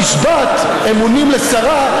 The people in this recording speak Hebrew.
כשנשבעת אמונים לשרה,